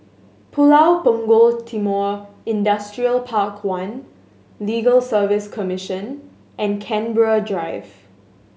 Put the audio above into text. Pulau Punggol Timor Industrial Park One Legal Service Commission and Canberra Drive